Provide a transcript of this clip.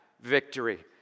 victory